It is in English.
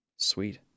Sweet